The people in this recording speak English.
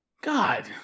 God